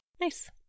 Nice